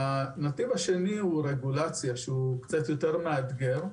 הנתיב השני הוא רגולציה, שהוא קצת יותר מאתגר.